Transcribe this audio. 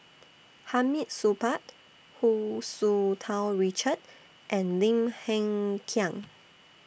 Hamid Supaat Hu Tsu Tau Richard and Lim Hng Kiang